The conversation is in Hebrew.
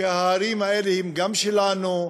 שההרים האלה הם גם שלנו,